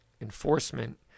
enforcement